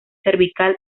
cervical